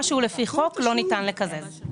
מה שהוא לפי חוק, לא ניתן לקזז.